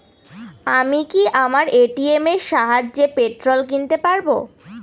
আমি কি আমার এ.টি.এম এর সাহায্যে পেট্রোল কিনতে পারব?